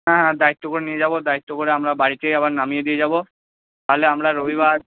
হ্যাঁ হ্যাঁ দায়িত্ব করে নিয়ে যাব দায়িত্ব করে আমরা বাড়িতেই আবার নামিয়ে দিয়ে যাব তাহলে আমরা রবিবার